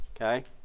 okay